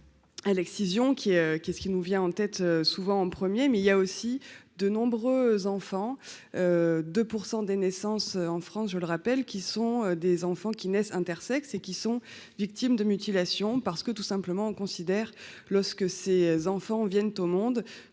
à l'excision, qui qu'est-ce qui nous vient en tête, souvent en 1er mais il y a aussi de nombreux enfants de pour 100 des naissances en France, je le rappelle, qui sont des enfants qui naissent intersexes et qui sont victimes de mutilations parce que tout simplement on considère lorsque ces enfants viennent au monde